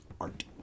art